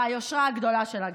וגם היושרה הגדולה שלה.